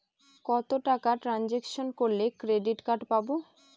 কত টাকা ট্রানজেকশন করলে ক্রেডিট কার্ড পাবো?